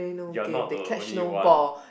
you are not the only one